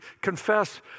confess